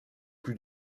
plus